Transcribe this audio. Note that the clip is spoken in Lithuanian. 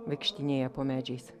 vaikštinėja po medžiais